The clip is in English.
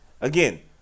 Again